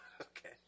Okay